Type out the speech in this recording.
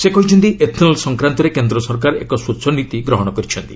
ସେ କହିଛନ୍ତି ଏଥ୍ନଲ୍ ସଂକ୍ରାନ୍ତରେ କେନ୍ଦ୍ର ସରକାର ଏକ ସ୍ୱଚ୍ଚ ନୀତି ଗ୍ରହଣ କରିଛନ୍ତି